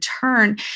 turn